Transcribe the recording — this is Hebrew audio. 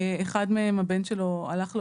אחד מהם הבן שלו הלך לעולמו.